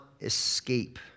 escape